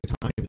time